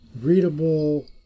readable